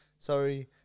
Sorry